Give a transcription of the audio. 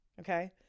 Okay